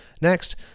next